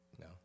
No